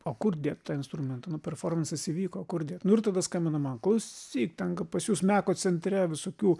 o kur dėt tą instrumentą nu performansas įvyko o kur dėt nu ir tada skambina man klausyk ten gal pas jus meko centre visokių